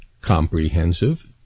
comprehensive